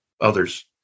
others